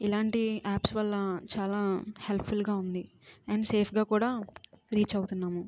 ఇలాంటి యాప్స్ వల్ల చాలా హెల్ప్ ఫుల్గా ఉంది అండ్ సేఫ్గా కూడా రీచ్ అవుతున్నాము